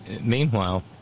Meanwhile